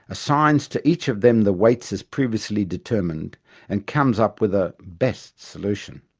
assigns to each of them the weights as previously determined and comes up with a best solution.